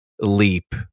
leap